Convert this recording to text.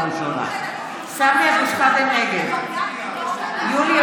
משה אבוטבול, נגד אתה חשפת אותנו במודע